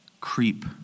creep